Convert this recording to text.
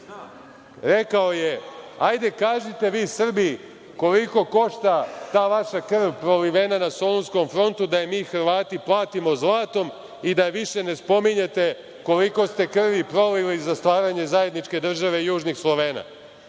Rekao je – hajde kažite vi, Srbi, koliko košta ta vaša krv prolivena na Solunskom frontu, da je mi Hrvati platimo zlatom i da je više ne spominjete koliko ste krvi prolili za stvaranje zajedničke države južnih Slovena?